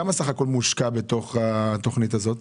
כמה סך הכול מושקע בתוך התוכנית הזאת?